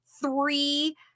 three